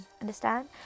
understand